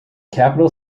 capital